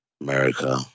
America